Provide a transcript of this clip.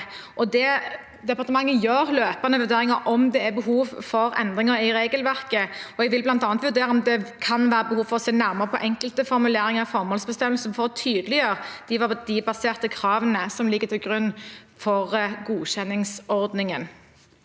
Departementet gjør løpende vurderinger av om det er behov for endringer i regelverket, og jeg vil bl.a. vurdere om det kan være behov for å se nærmere på enkelte formuleringer i formålsbestemmelsen for å tydeliggjøre de verdibaserte kravene som ligger til grunn for godkjenningsordningen.